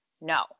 no